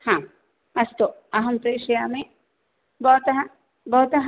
हा अस्तु अहं प्रेषयामि भवतः भवतः